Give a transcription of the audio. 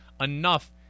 enough